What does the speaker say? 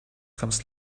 comes